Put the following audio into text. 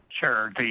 Sure